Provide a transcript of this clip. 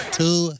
two